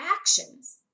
actions